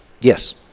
Yes